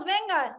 Venga